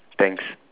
thanks